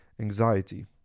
anxiety